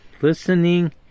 Listening